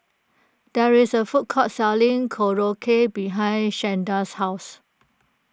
there is a food court selling Korokke behind Shanda's house